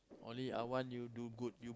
only I want you do good you